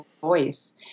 voice